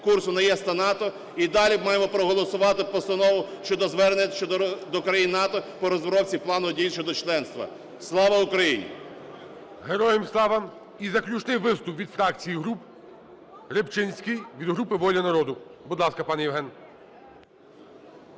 курсу на ЄС та НАТО, і далі маємо проголосувати постанову щодо звернення до країн НАТО по розробці плану дій щодо членства. Слава Україні! ГОЛОВУЮЧИЙ. Героям слава! І заключний виступ від фракцій і груп – Рибчинський від групи "Воля народу". Будь ласка, пане Євген.